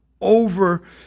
over